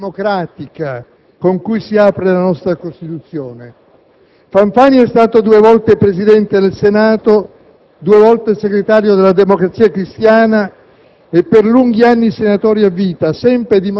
della formula «L'Italia è una Repubblica democratica», con cui si apre la nostra Costituzione. Fanfani è stato due volte Presidente del Senato, due volte segretario della Democrazia Cristiana